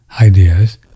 ideas